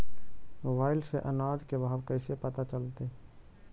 Mobile से अनाज के भाव कैसे पता चलतै?